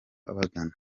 bagana